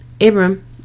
Abram